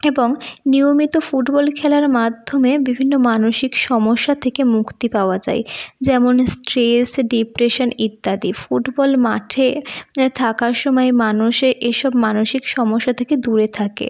এবং নিয়মিত ফুটবল খেলার মাধ্যমে বিভিন্ন মানসিক সমস্যা থেকে মুক্তি পাওয়া যায় যেমন স্ট্রেস ডিপ্রেশন ইত্যাদি ফুটবল মাঠে থাকার সময় মানুষের এসব মানসিক সমস্যা থেকে দূরে থাকে